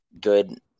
good